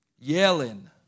yelling